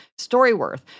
StoryWorth